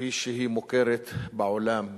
כפי שהיא מוכרת בעולם.